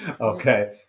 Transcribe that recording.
Okay